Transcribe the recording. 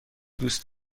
دوست